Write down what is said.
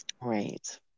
Right